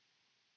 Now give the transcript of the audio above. Kiitos.